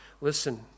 Listen